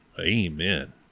Amen